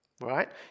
right